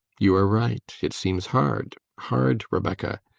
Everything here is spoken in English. you are right, it seems hard hard, rebecca.